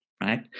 right